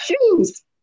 shoes